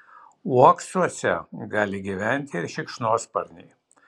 uoksuose gali gyventi ir šikšnosparniai